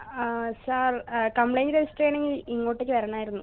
ആ sir complaint register ചെയ്യണമെങ്കിൽ ഇങ്ങോട്ടേക്ക് വരണമായിരുന്നു